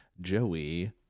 Joey